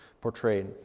portrayed